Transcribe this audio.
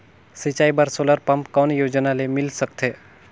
सिंचाई बर solar pump कौन योजना ले मिल सकथे?